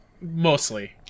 Mostly